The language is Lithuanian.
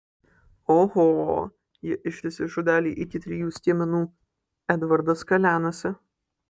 oho ji ištęsė žodelį iki trijų skiemenų edvardas kalenasi